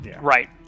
Right